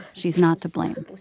she's not to blame